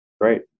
Great